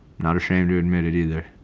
not ashamed to admit it either.